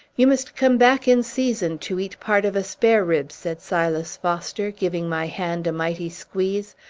you must come back in season to eat part of a spare-rib, said silas foster, giving my hand a mighty squeeze.